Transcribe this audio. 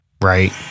Right